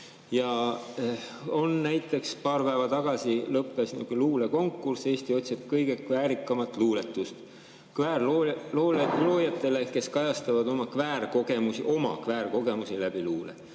asju. Näiteks paar päeva tagasi lõppes luulekonkurss "Eesti otsib kõige kväärimat luuletust" kväärloojatele, kes kajastavad oma kväärkogemusi läbi luule.